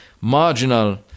marginal